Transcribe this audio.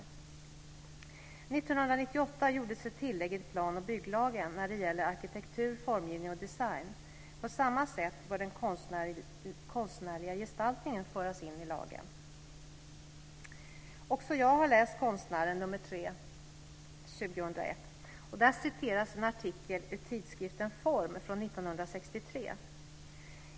1998 gjordes ett tillägg i plan och bygglagen när det gäller arkitektur, formgivning och design. På samma sätt bör den konstnärliga gestaltningen föras in i lagen. Också jag har läst i Konstnären nr 3 från 2001. Där citeras en artikel ur tidskriften Form från 1963.